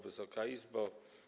Wysoka Izbo!